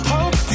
Hope